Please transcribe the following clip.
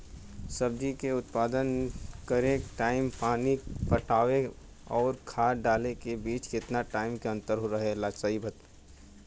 सब्जी के उत्पादन करे टाइम पानी पटावे आउर खाद डाले के बीच केतना टाइम के अंतर रखल सही रही?